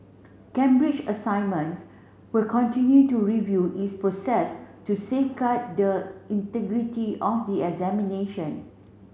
Cambridge Assignment will continue to review its process to safeguard the integrity of the examination